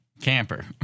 Camper